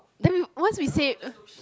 then once we say it